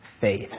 faith